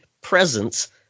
presence